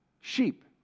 sheep